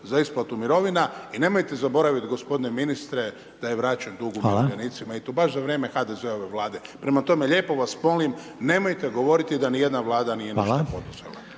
za isplatu mirovina i nemojte zaboraviti gospodine ministre, da je vraćen dug umirovljenicima i to baš za vrijeme HDZ-ove vlade, prema tome lijepo vas molim, nemojte govoriti da nijedna vlada nije ništa poduzela.